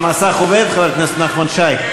המסך עובד, חבר הכנסת נחמן שי?